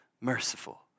merciful